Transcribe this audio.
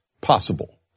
Possible